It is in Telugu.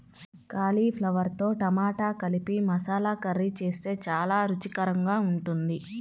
కాలీఫ్లవర్తో టమాటా కలిపి మసాలా కర్రీ చేస్తే చాలా రుచికరంగా ఉంటుంది